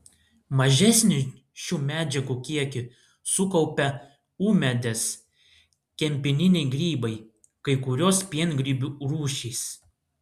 mažesnį šių medžiagų kiekį sukaupia ūmėdės kempininiai grybai kai kurios piengrybių rūšys